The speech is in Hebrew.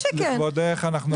לכבודך אנחנו נקריא.